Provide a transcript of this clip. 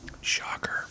Shocker